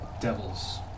devils